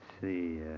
see